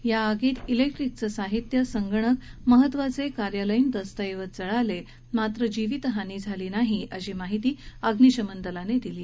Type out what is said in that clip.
या आगीत िकेक्ट्रिक साहित्य संगणक महत्वाचे कार्यालयीन दस्तऐवज जळाले मात्र जीवित हानी झाली नसल्याची माहिती अग्निशमन दलाने दिली